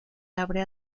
abre